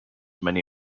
many